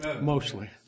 Mostly